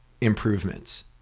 improvements